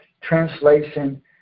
translation